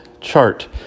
chart